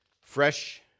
fresh